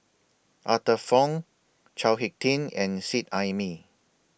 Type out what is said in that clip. Arthur Fong Chao Hick Tin and Seet Ai Mee